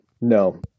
no